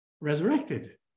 Resurrected